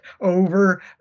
over